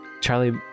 Charlie